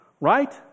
right